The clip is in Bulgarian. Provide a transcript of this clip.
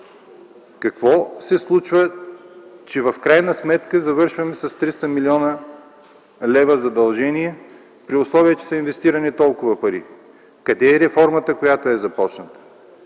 Какво се случва, че в крайна сметка завършваме с 300 млн. лв. задължения, при условие че са инвестирани толкова пари? Къде е реформата, която е започната?